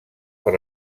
per